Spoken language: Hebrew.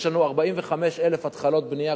יש לנו 45,000 התחלות בנייה,